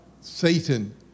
Satan